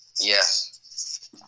Yes